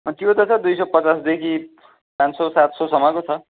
त्यो त छ दुई सय पचासदेखि पान सय सात सयसम्मको छ